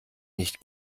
nicht